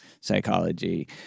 psychology